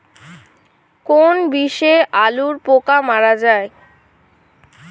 কোন বিষে আলুর পোকা মারা যায়?